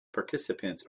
participants